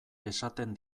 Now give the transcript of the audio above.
esaten